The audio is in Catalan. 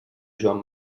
joan